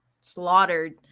slaughtered